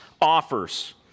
offers